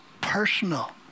personal